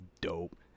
dope